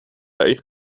dig